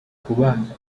kubaha